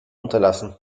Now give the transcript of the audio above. unterlassen